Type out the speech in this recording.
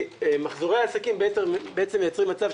מחזורי העסקים בעצם מייצרים מצב,